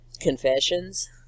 confessions